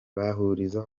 bahuriza